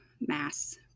mass